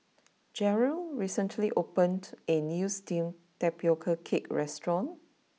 Jarrell recently opened a new Steamed Tapioca Cake restaurant